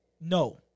No